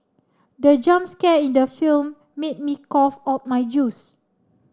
the jump scare in the film made me cough out my juice